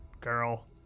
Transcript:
girl